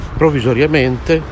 provvisoriamente